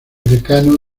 decano